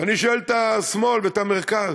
ואני שואל את השמאל ואת המרכז: